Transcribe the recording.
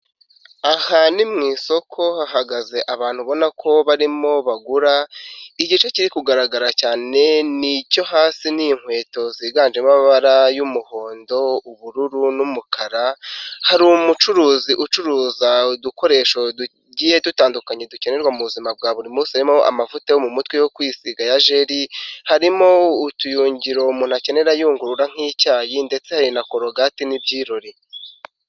Aha ni mu isoko hahagaze abantu ubona ko barimo bagura, igice kiri kugaragara cyane n'icyo hasi ni inkweto ziganje amabara y'umuhondo, ubururu n'umukara, hari umucuruzi ucuruza udukoresho tugiye dutandukanye dukenerwa mu buzima bwa buri munsi, harimo amavuta yo mu mutwe yo kwisiga ya jeri, harimo utuyungiro umuntu akenera ayungurura nk'icyayi ndetse hari na korogati n'ibyirori.